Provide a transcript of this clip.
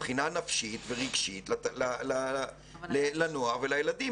מבחינה נפשית ורגשית לנוער ולילדים.